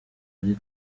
ari